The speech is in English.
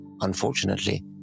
Unfortunately